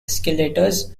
escalators